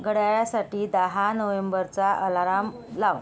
घड्याळासाठी दहा नोव्हेंबरचा अलाराम लाव